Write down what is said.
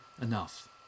enough